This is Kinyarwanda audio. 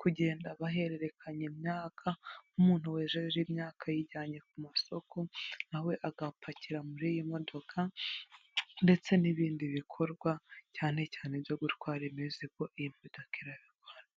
kugenda bahererekanya imyaka, nk'umuntu wejeje imyaka ayijyanye ku masoko nawe agapakira muri iyo modoka, ndetse n'ibindi bikorwa cyane cyane byo gutwara imizico iyi modoka irabikora.